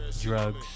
drugs